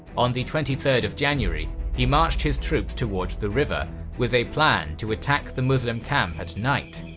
on the twenty third of january he marched his troops towards the river with a plan to attack the muslim camp at night.